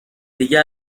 دیگه